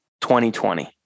2020